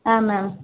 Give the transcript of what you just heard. ಹಾಂ ಮ್ಯಾಮ್